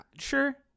sure